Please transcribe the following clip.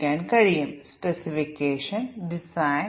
ഒരു program unit സാധാരണയായി ഒരു ഫംഗ്ഷൻ ആണ്